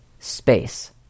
space